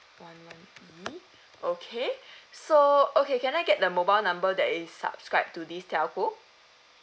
one one E okay so okay can I get the mobile number that is subscribe to this telco